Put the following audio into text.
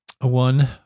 one